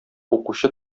укучы